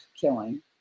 killing